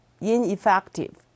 ineffective